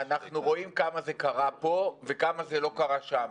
אנחנו רואים כמה זה קרה וכמה זה לא קרה שם.